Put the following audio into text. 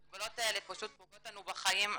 ההגבלות האלה פשוט פוגעות לנו בחיים.